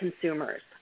consumers